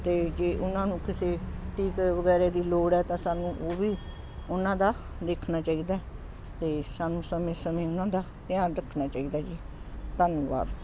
ਅਤੇ ਜੇ ਉਹਨਾਂ ਨੂੰ ਕਿਸੇ ਟੀਕੇ ਵਗੈਰਾ ਦੀ ਲੋੜ ਹੈ ਤਾਂ ਸਾਨੂੰ ਉਹ ਵੀ ਉਹਨਾਂ ਦਾ ਦੇਖਣਾ ਚਾਹੀਦਾ ਅਤੇ ਸਾਨੂੰ ਸਮੇਂ ਸਮੇਂ ਉਹਨਾਂ ਦਾ ਧਿਆਨ ਰੱਖਣਾ ਚਾਹੀਦਾ ਜੀ ਧੰਨਵਾਦ